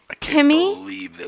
Timmy